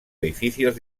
edificios